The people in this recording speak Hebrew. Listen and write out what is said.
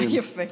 יפה.